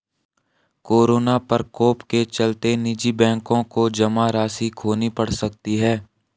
corona प्रकोप के चलते निजी बैंकों को जमा राशि खोनी पढ़ सकती है